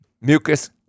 mucus